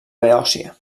beòcia